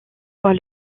fois